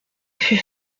fut